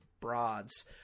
broads